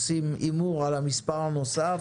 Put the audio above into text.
עושים הימור על המספר הנוסף,